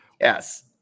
Yes